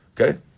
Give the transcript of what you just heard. okay